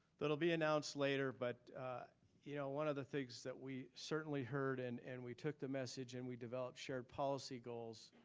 that'll be announced later. but you know one of the things that we certainly heard and and we took the message and we developed shared policy goals,